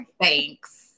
thanks